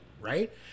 right